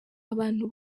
abantu